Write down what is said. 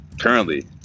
currently